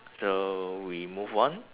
so we move on